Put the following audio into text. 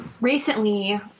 recently